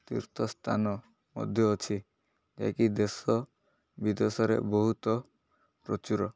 ତୀର୍ଥ ସ୍ଥାନ ମଧ୍ୟ ଅଛି ଯାହାକି ଦେଶ ବିଦେଶରେ ବହୁତ ପ୍ରଚୁର